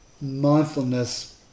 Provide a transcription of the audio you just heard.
mindfulness